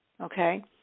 Okay